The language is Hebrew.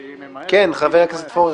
כן, חבר הכנסת פורר.